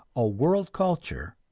a world culture,